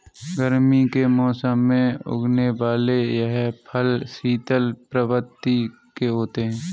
गर्मी के मौसम में उगने वाले यह फल शीतल प्रवृत्ति के होते हैं